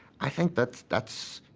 i think that's, that's,